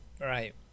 right